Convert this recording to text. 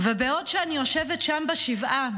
בעוד אני יושבת שם בשבעה,